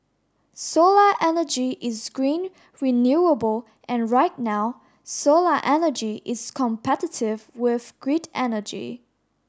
solar energy is green renewable and right now solar energy is competitive with grid energy